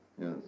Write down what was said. Yes